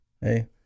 Hey